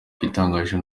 igitangaje